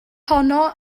honno